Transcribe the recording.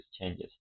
changes